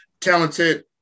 talented